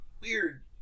weird